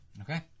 Okay